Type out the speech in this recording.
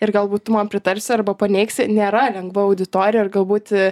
ir galbūt tu man pritarsi arba paneigsi nėra lengva auditorija ir galbūt